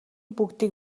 бүгдийг